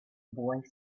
boy